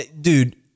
dude